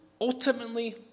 ultimately